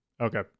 Okay